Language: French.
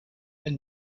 elle